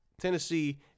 Tennessee